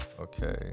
Okay